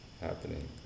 happening